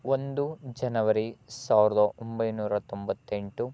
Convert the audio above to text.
ಒಂದು ಜನವರಿ ಸಾವಿರದ ಒಂಬೈನೂರ ತೊಂಬತ್ತೆಂಟು